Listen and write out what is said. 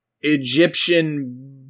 Egyptian